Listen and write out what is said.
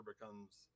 becomes